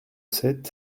sept